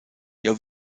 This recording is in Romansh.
jeu